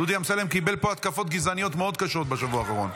דודי אמסלם קיבל פה התקפות גזעניות מאוד קשות בשבוע האחרון.